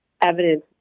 evidence